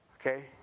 Okay